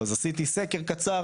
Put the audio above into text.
אז עשיתי סקר קצר,